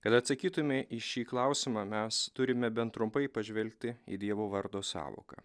kad atsakytume į šį klausimą mes turime bent trumpai pažvelgti į dievo vardo sąvoką